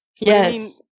Yes